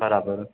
बराबरि